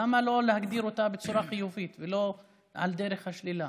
למה לא להגדיר אותה בצורה חיובית ולא על דרך השלילה?